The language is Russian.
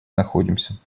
находимся